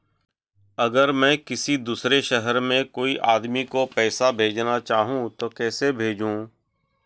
अगर मैं किसी दूसरे शहर में कोई आदमी को पैसे भेजना चाहूँ तो कैसे भेजूँ?